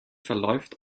verläuft